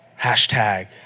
Hashtag